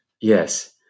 Yes